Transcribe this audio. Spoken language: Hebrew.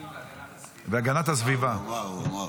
וואו.